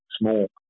small